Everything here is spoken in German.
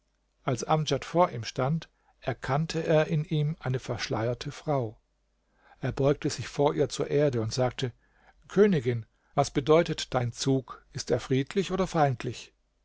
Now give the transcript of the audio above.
als amdjad vor ihm stand erkannte er in ihm eine verschleierte frau er beugte sich vor ihr zur erde und sagte königin was bedeutet dein zug ist er friedlich oder feindlich